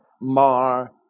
mar